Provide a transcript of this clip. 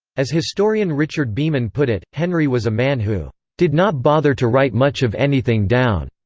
as historian richard beeman put it, henry was a man who did not bother to write much of anything down,